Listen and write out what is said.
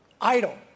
idle